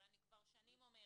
אבל אני כבר שנים אומרת,